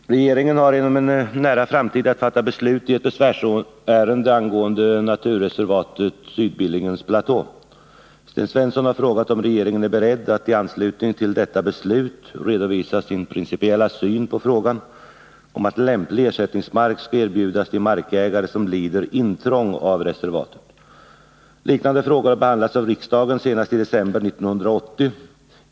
Herr talman! Regeringen har inom en nära framtid att fatta beslut i ett besvärsärende angående naturreservatet Sydbillingens platå. Sten Svensson har frågat om regeringen är beredd att i anslutning till detta beslut redovisa sin principiella syn på frågan om att lämplig ersättningsmark skall erbjudas de markägare som lider intrång av reservatet. Liknande frågor har behandlats av riksdagen, senast i december 1980 .